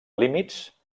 límits